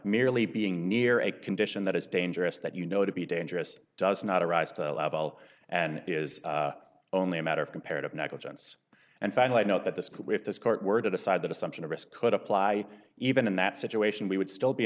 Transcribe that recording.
merely being near a condition that is dangerous that you know to be dangerous does not arise to a level and is only a matter of comparative negligence and finally note that this could be if this court were to decide that assumption of risk could apply even in that situation we would still be